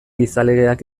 gizalegeak